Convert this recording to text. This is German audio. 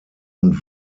und